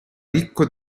ricco